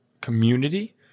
community